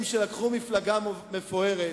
הם אנשים שלקחו מפלגה מפוארת,